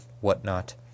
whatnot